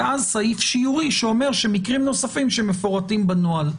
ואז סעיף שיורי שאומר שמקרים נוספים שמפורטים בנוהל.